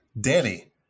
Danny